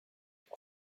pour